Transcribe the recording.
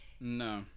No